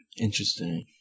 Interesting